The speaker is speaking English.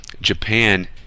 Japan